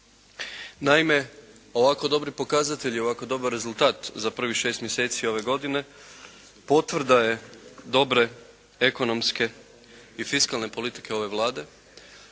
Naime ovako dobri pokazatelji, ovako dobar rezultat za prvih 6 mjeseci ove godine potvrda je dobre ekonomske i fiskalne politike ove Vlade